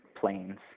planes